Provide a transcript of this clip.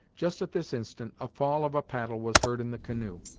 just at this instant a fall of a paddle was heard in the canoe,